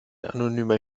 anonymer